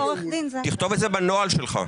תכתוב את זה בנוהל שלך.